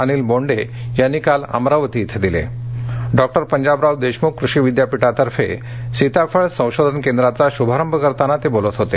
अनिल बोंडे यांनी काल अमरावती विंद्राचा देशमुख कृषी विद्यापीठातर्फे सीताफळ संशोधन केंद्राचा शुभारंभ करताना ते बोलत होते